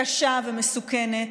קשה ומסוכנת,